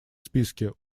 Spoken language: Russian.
списке